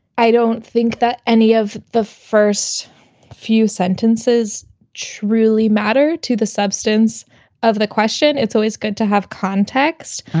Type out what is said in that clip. i don't think that any of the first few sentences truly matter to the substance of the question. it's always good to have context.